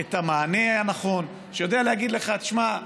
את המענה הנכון, שיודע להגיד לך: תשמע,